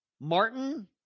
Martin